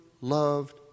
loved